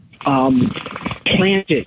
Planted